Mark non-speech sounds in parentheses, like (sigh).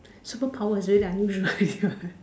superpower is already unusual (laughs) already what